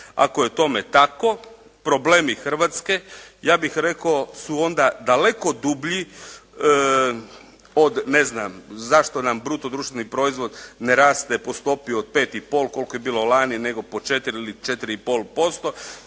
Ako je tome tako problemi Hrvatske ja bih rekao su onda daleko dublji od ne znam zašto nam bruto društveni proizvod ne raste po stopi od 5,5% koliko je bilo lani nego po 4 ili 4,5%.